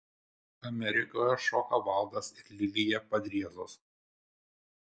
amerikoje šoka valdas ir lilija padriezos